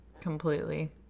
Completely